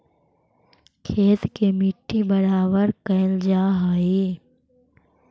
खेत के मट्टी बराबर कयल जा हई